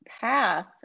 path